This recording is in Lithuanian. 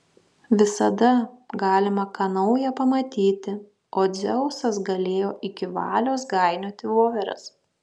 visada galima ką nauja pamatyti o dzeusas galėjo iki valios gainioti voveres